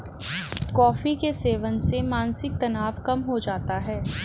coffee के सेवन से मानसिक तनाव कम हो जाता है